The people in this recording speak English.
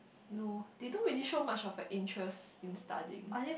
no they don't really show much of a interest in studying